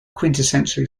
quintessential